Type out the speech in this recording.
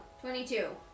twenty-two